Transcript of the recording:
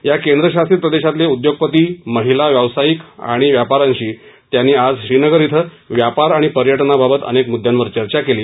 या केंद्रशासित प्रदेशातले उद्योगपती महिला व्यावसायिक आणि व्यापाऱ्यांशी त्यांनी आज श्रीनगर श्वे व्यापार आणि पर्यटनाबाबत अनेक मुद्दांवर चर्चा केली